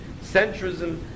centrism